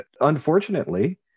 unfortunately